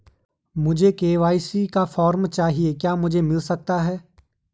मुझे के.वाई.सी का फॉर्म चाहिए क्या मुझे मिल सकता है?